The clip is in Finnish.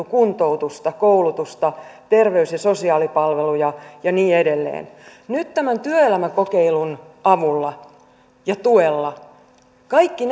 kuntoutusta koulutusta terveys ja sosiaalipalveluja ja niin edelleen nyt tämän työelämäkokeilun avulla ja tuella kaikki